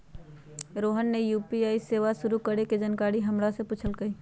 रोहन ने यू.पी.आई सेवा शुरू करे के जानकारी हमरा से पूछल कई